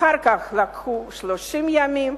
אחר כך לקחו 30 יום,